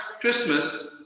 Christmas